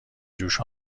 جوش